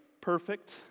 perfect